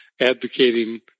advocating